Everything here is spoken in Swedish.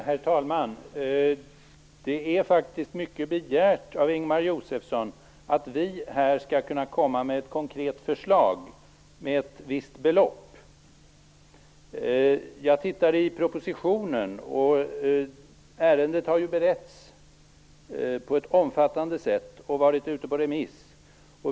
Herr talman! Det är faktiskt mycket begärt av Ingemar Josefsson att vi här skall kunna komma med ett konkret förslag med ett visst belopp. Jag har tittat i proposition. Ärendet har ju beretts på ett omfattande sätt och varit ute på remiss.